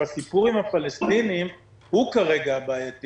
הסיפור עם הפלסטינאים הוא כרגע בעייתי